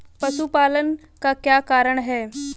पशुपालन का क्या कारण है?